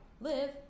live